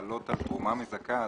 חלות על תרומה מזכה,